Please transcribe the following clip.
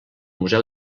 museu